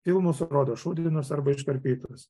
filmus rodo šūdinus arba iškarpytus